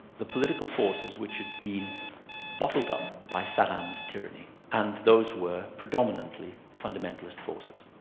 the political forces which had been bottled up by saddam's tyranny and those were predominantly fundamentalist forces.